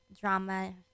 drama